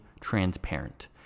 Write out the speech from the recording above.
transparent